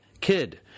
kid